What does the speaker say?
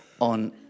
on